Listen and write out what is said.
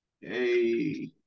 hey